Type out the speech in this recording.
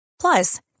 Plus